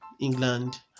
England